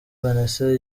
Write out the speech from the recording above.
vanessa